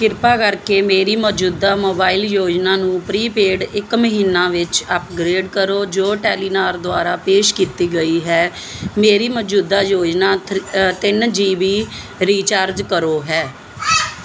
ਕਿਰਪਾ ਕਰਕੇ ਮੇਰੀ ਮੌਜੂਦਾ ਮੋਬਾਈਲ ਯੋਜਨਾ ਨੂੰ ਪ੍ਰੀ ਪੇਡ ਇੱਕ ਮਹੀਨਾ ਵਿੱਚ ਅਪਗ੍ਰੇਡ ਕਰੋ ਜੋ ਟੈਲੀਨਾਰ ਦੁਆਰਾ ਪੇਸ਼ ਕੀਤੀ ਗਈ ਹੈ ਮੇਰੀ ਮੌਜੂਦਾ ਯੋਜਨਾ ਥਰ ਅ ਤਿੰਨ ਜੀ ਬੀ ਰੀਚਾਰਜ ਕਰੋ ਹੈ